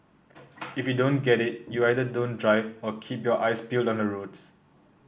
if you don't get it you either don't drive or keep your eyes peeled on the roads